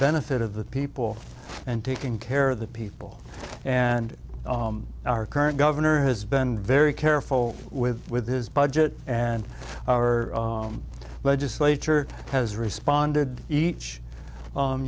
benefit of the people and taking care of the people and our current governor has been very careful with his budget and our legislature has responded each